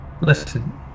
Listen